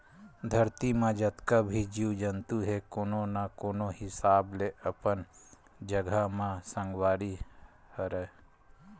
धरती म जतका भी जीव जंतु हे कोनो न कोनो हिसाब ले अपन जघा म संगवारी हरय